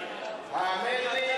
האמן לי,